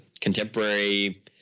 contemporary